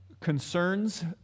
concerns